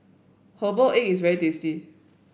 Herbal Egg is very tasty